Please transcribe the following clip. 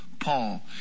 Paul